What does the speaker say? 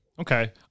Okay